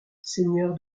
seigneur